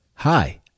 Hi